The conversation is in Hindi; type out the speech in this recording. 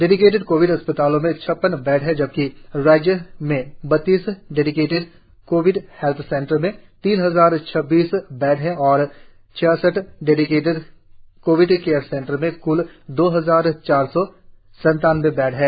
डेडिकेटेड कोविड अस्पतालों में छप्पन बेड है जबकि राज्यभर में बत्तीस डेडिकेटेड कोविड हैल्थ सेंटर में तीन सौ छब्बीस बेड है और छाछठ डेडिकेटेड कोविड कैयर सेंटर में क्ल दो हजार चार सौ संतानवें बेड है